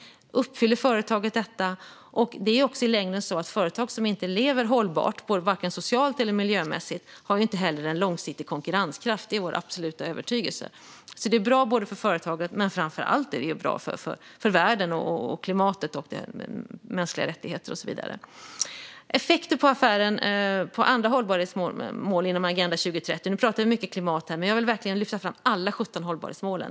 Uppfyller företaget detta? I längden är det också så att företag som inte lever hållbart, varken socialt eller miljömässigt, inte heller har någon långsiktig konkurrenskraft. Det är vår absoluta övertygelse. Detta är alltså bra för företagen, men framför allt är det bra för världen, för klimatet, för mänskliga rättigheter och så vidare. Man ska också kunna redogöra för effekten av affären på andra hållbarhetsmål inom Agenda 2030. Nu pratar vi mycket klimat här, men jag vill verkligen lyfta fram alla 17 hållbarhetsmålen.